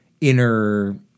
inner